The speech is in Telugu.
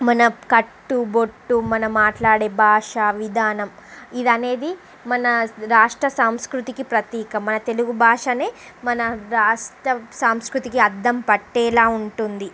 మన కట్టు బొట్టు మనం మాట్లాడే భాష విధానం ఇది అనేది మన రాష్ట్ర సంస్కృతికి ప్రతీక మన తెలుగు భాష మన రాష్ట్ర సంస్కృతికి అర్థం పట్టేలాగా ఉంటుంది